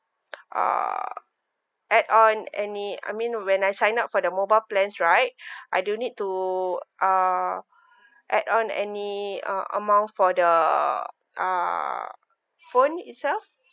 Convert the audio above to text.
uh add on any I mean when I sign up for the mobile plans right I don't need to uh add on any uh amount for the uh phone itself